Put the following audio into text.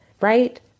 right